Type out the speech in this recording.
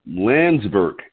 Landsberg